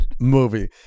Movie